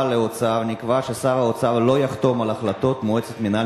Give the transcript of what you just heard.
לאוצר נקבע ששר האוצר לא יחתום על החלטות מועצת מינהל